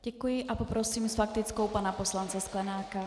Děkuji a poprosím s faktickou pana poslance Sklenáka.